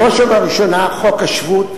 בראש ובראשונה חוק השבות,